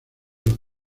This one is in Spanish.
los